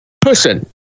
person